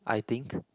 I think